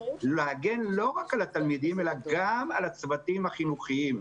להגן לא רק על התלמידים אלא גם על הצוותים החינוכיים.